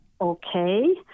Okay